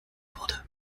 wurde